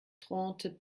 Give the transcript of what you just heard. trente